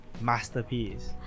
masterpiece